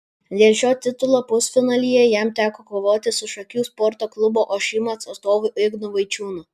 dėl šio titulo pusfinalyje jam teko kovoti su šakių sporto klubo ošimas atstovu ignu vaičiūnu